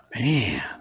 man